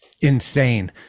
insane